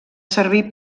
servir